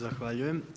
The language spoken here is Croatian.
Zahvaljujem.